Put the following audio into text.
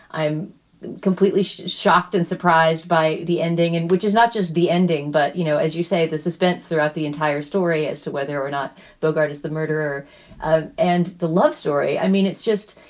i'm completely shocked and surprised by the ending and which is not just the ending. but, you know, as you say, the suspense throughout the entire story as to whether or not bogart is the murderer ah and the love story. i mean, it's just.